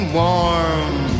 warm